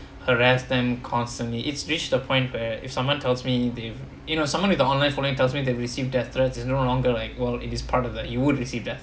harass them constantly it's reached the point where if someone tells me they you know someone with the online following tells me they received death threats is no longer like !whoa! it is part of that you would receive death